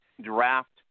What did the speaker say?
draft